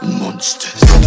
monsters